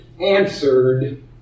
answered